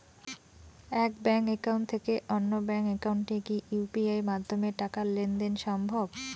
এক bank account থেকে অন্য ব্যাংক একাউন্টে কি ইউ.পি.আই মাধ্যমে টাকার লেনদেন দেন সম্ভব?